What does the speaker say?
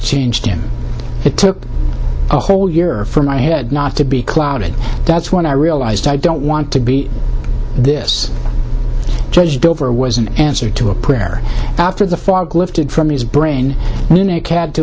changed him it took a whole year for my head not to be clouded that's when i realized i don't want to be this judged over was an answer to a prayer after the fog lifted from his brain